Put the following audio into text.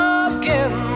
again